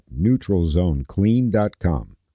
NeutralZoneClean.com